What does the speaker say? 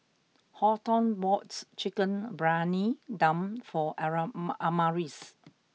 Horton bought Chicken Briyani Dum for aram Amaris